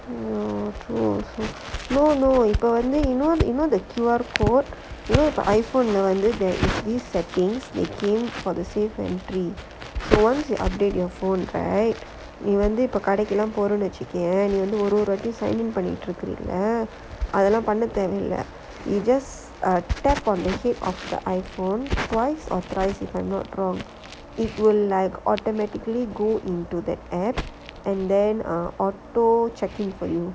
mmhmm no no இப்ப வந்து:ippa vanthu just wait for a you know the iPhone வந்து:vanthu got the new setting so once you update your phone right you will need to நீ இப்ப கடைக்கு எல்லாம் போறேன்னு வச்சுக்கயே நீ வந்து ஒரு ஒரு வாட்டியும் பண்ணிட்டு இருக்கயல்லா அதெல்லாம் பண்ண தேவை இல்ல:nee ippa kadaikku ellaam poraennu vachukkayae nee vanthu oru oru vaatiyum pannittu irukkayalla athellaam panna thevai illa you just err tap of the head of the iPhone twice or thrice if I'm not wrong if you will like automatically go into the application and then err auto checking for you